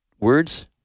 words